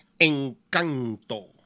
Encanto